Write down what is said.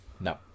No